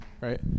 right